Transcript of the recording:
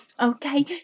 Okay